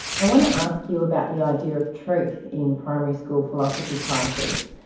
i want to ask you about the idea of truth in primary school philosophy classes.